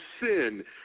sin